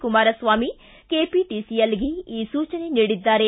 ಕುಮಾರಸ್ವಾಮಿ ಕೆಪಿಟಿಸಿಎಲ್ಗೆ ಈ ಸೂಚನೆ ನೀಡಿದ್ದಾರೆ